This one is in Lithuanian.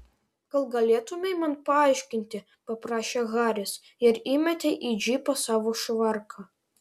gal galėtumei man paaiškinti paprašė haris ir įmetė į džipą savo švarką